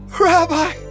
Rabbi